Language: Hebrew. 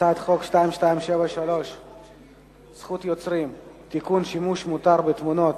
הצעת חוק זכות יוצרים (תיקון, שימוש מותר בתמונות